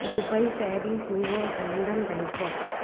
Dubai Paris New York London Bangkok